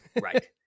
Right